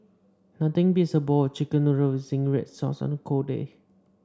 nothing beats a bowl of chicken noodles with zingy red sauce on a cold day